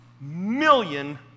million